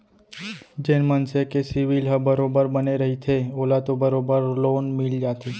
जेन मनसे के सिविल ह बरोबर बने रहिथे ओला तो बरोबर लोन मिल जाथे